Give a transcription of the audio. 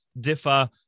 differ